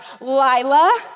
Lila